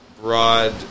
broad